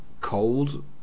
cold